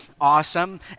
awesome